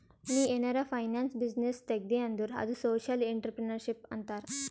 ನೀ ಏನಾರೆ finance business ತೆಗ್ದಿ ಅಂದುರ್ ಅದು ಸೋಶಿಯಲ್ ಇಂಟ್ರಪ್ರಿನರ್ಶಿಪ್ ಅಂತಾರ್